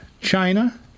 China